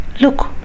look